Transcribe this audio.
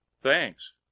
Thanks